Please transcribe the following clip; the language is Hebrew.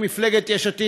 מפלגת יש עתיד,